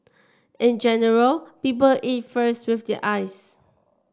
in general people eat first with their eyes